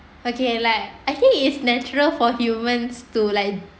okay like I think it's natural for humans to like